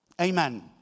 Amen